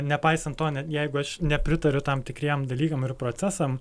nepaisant to net jeigu aš nepritariu tam tikriem dalykam ir procesam